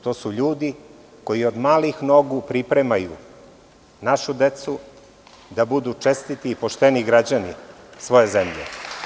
To su ljudi koji od malih nogu pripremaju našu decu da budu čestiti i pošteni građani svoje zemlje.